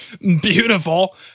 Beautiful